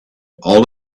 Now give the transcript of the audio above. all